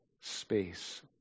space